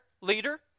leader